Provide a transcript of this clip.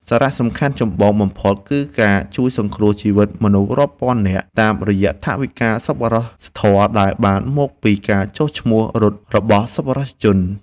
សារៈសំខាន់ចម្បងបំផុតគឺការជួយសង្គ្រោះជីវិតមនុស្សរាប់ពាន់នាក់ តាមរយៈថវិកាសប្បុរសធម៌ដែលបានមកពីការចុះឈ្មោះរត់របស់សប្បុរសជន។